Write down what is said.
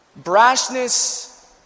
Brashness